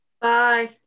Bye